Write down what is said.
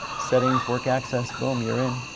settings, work access, boom, you're in.